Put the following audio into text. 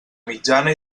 mitjana